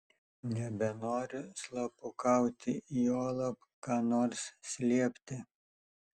nebenoriu slapukauti juolab ką nors slėpti